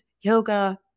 yoga